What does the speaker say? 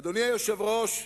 אדוני היושב-ראש,